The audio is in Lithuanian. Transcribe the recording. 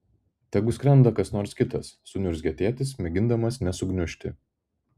tegu skrenda kas nors kitas suniurzgė tėtis mėgindamas nesugniužti